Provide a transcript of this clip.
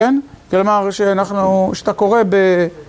כן? כלומר, כשאתה קורא ב...